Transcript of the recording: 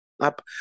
up